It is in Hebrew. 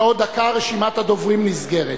בעוד דקה רשימת הדוברים נסגרת.